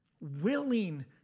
willing